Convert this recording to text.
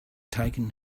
taken